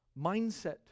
mindset